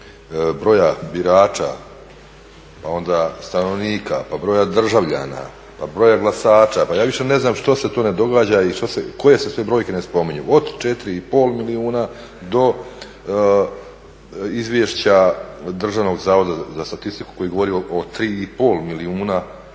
broja birača pa onda stanovnika, pa broja državljana, pa broja glasača, pa ja više ne znam što se to ne događa i koje se sve brojke ne spominju, od 4,5 milijuna do izvješća Državnog zavoda za statistiku koji govori o 3,5 milijuna